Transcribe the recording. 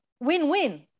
win-win